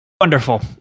Wonderful